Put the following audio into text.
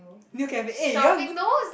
you can eh you want go